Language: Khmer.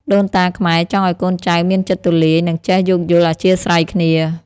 ដូនតាខ្មែរចង់ឱ្យកូនចៅមានចិត្តទូលាយ និងចេះយោគយល់អធ្យាស្រ័យគ្នា។